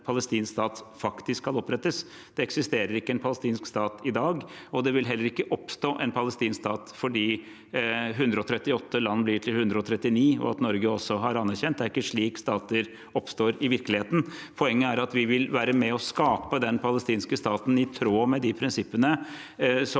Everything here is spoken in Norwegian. at en palestinsk stat faktisk skal opprettes. Det eksisterer ikke en palestinsk stat i dag, og det vil heller ikke oppstå en palestinsk stat fordi 138 land blir til 139, og at Norge også har anerkjent. Det er ikke slik stater oppstår i virkeligheten. Poenget er at vi vil være med og skape den palestinske staten i tråd med de prinsippene